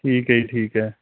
ਠੀਕ ਐ ਜੀ ਠੀਕ ਐ